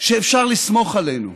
שאפשר לסמוך עלינו,